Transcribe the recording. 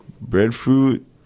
Breadfruit